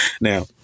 Now